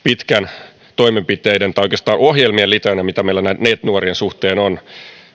sen pitkä toimenpiteiden tai oikeastaan ohjelmien litanian mitä meillä näiden neet nuorien suhteen on